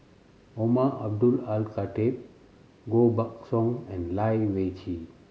Umar Abdullah Al Khatib Koh Buck Song and Lai Weijie